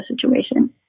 situation